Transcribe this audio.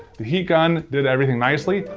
the heat gun did everything nicely,